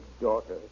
daughter